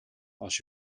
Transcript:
als